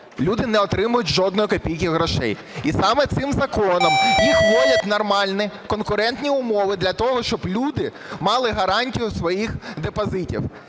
люди не отримають жодної копійки грошей. І саме цим законом їх вводять у нормальні конкурентні умови для того, щоб люди мали гарантію своїх депозитів,